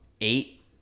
eight